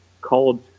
called